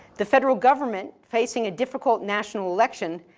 the federal government, facing a difficult national election,